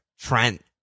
Trent